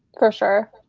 for sure.